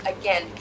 again